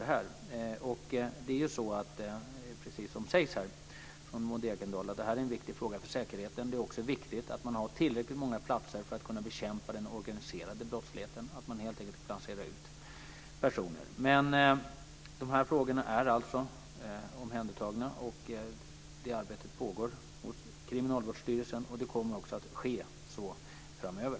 Det här är en viktig fråga för säkerheten, precis som Maud Ekendahl säger. Det är också viktigt att man har tillräckligt många platser för att kunna bekämpa den organiserade brottsligheten. Man måste helt enkelt kunna placera ut personer. De här frågorna är alltså omhändertagna. Det arbetet pågår hos Kriminalvårdsstyrelsen. Det kommer även att fortsätta framöver.